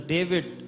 David